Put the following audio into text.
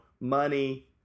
money